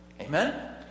Amen